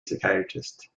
psychiatrist